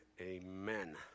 amen